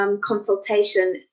consultation